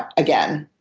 ah again,